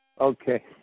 Okay